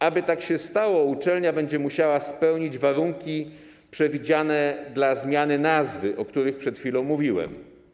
Aby tak się stało, uczelnia będzie musiała spełnić warunki przewidziane dla zmiany nazwy, o których przed chwilą mówiłem.